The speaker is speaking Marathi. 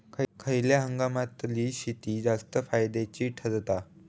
खयल्या हंगामातली शेती जास्त फायद्याची ठरता?